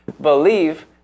believe